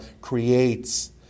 creates